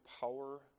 power